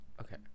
okay